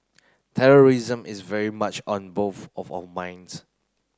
terrorism is very much on both of our minds